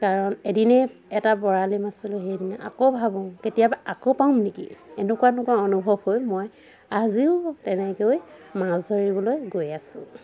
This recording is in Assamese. কাৰণ এদিনেই এটা বৰালি মাছ পালো সেইদিনা আকৌ ভাবোঁ কেতিয়াবা আকৌ পাম নেকি এনেকুৱা এনেকুৱা অনুভৱ হয় মই আজিও তেনেকৈ মাছ ধৰিবলৈ গৈ আছোঁ